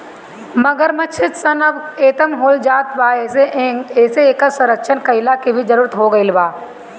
मगरमच्छ सन अब खतम होएल जात बा एसे इकर संरक्षण कईला के भी जरुरत हो गईल बा